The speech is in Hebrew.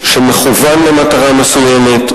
שמכוון למטרה מסוימת,